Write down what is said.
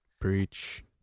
Preach